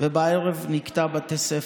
ובערב ניקתה בתי ספר.